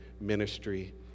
ministry